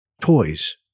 Toys